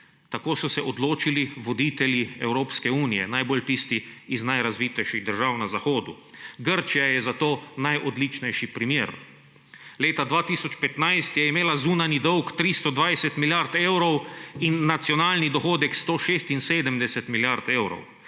tako so se odločili voditelji Evropske unije, najbolj tisti iz najrazvitejših držav na Zahodu. Grčija je za to najodličnejši primer. Leta 2015 je imela zunanji dolg 320 milijard evrov in nacionalni dohodek 176 milijard evrov.